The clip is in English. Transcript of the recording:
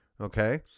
okay